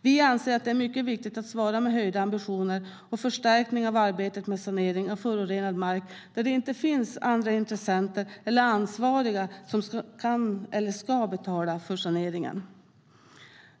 Vi anser att det är mycket viktigt att svara med höjda ambitioner och förstärkning av arbetet med sanering av förorenad mark där det inte finns andra intressenter eller ansvariga som kan eller ska betala för saneringen.